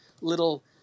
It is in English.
little